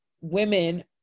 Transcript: women